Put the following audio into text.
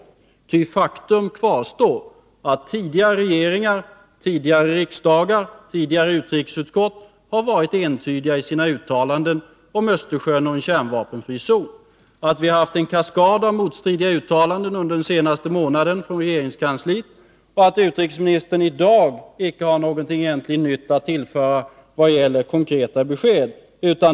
Faktum kvarstår: Tidigare regeringar, riksdagar och utrikesutskott har 3 LS A än & ij 45 varit entydiga i sina uttalanden om Östersjön och en kärnvapen fri zon, medan det under den senaste månaden har kommit en kaskad av motstridiga uttalanden från regeringskansliet. Utrikesministern har i dag egentligen inte något nytt att tillföra vad gäller konkreta besked.